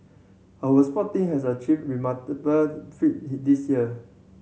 our sport team has a achieved remarkable feat this year